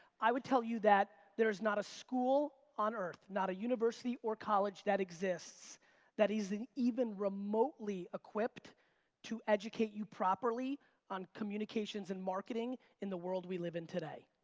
i would tell you that there's not a school on earth, not a university or college that exists that is even remotely equipped to educate you properly on communications and marketing in the world we live in today.